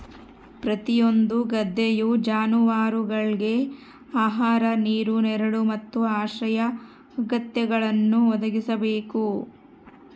ಪ್ರತಿಯೊಂದು ಗದ್ದೆಯು ಜಾನುವಾರುಗುಳ್ಗೆ ಆಹಾರ ನೀರು ನೆರಳು ಮತ್ತು ಆಶ್ರಯ ಅಗತ್ಯಗಳನ್ನು ಒದಗಿಸಬೇಕು